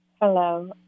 Hello